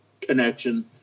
connection